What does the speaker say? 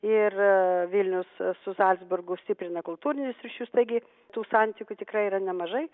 ir vilnius su zalcburgu stiprina kultūrinius ryšius taigi tų santykių tikrai yra nemažai